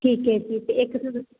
ਠੀਕ ਐ ਜੀ ਤੇ ਇੱਕ